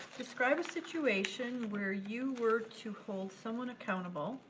describe a situation where you were to hold someone accountable,